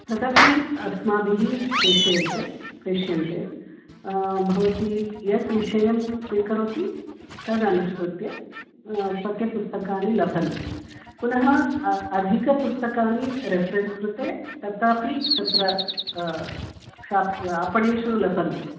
तदपि अस्माभिः प्रेष्यन्ते प्रेष्यन्ते भवती यत् विषयं स्वीकरोति तदनुसृत्य पाठ्यपुस्तकानि लभन्ते पुनः अधिकानि पुस्तकानि रेफ़्ररेन्स् कृते तथापि तत्र आपणेषु लभन्ते